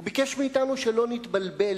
הוא ביקש מאתנו שלא נתבלבל.